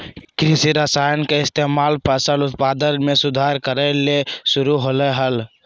कृषि रसायन के इस्तेमाल फसल उत्पादन में सुधार करय ले शुरु होलय हल